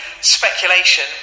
speculation